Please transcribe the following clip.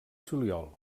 juliol